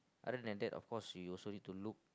other than that of course you also need to look